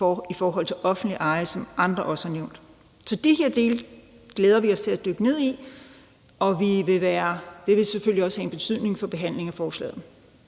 i forhold til offentlig eje, som andre også har nævnt. Så de her dele glæder vi os til at dykke ned i, og det vil selvfølgelig også have en betydning for behandlingen af forslaget.